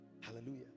Hallelujah